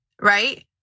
Right